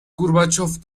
گورباچوف